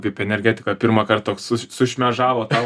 kaip energetika pirmąkart toks su sušmėžavo tau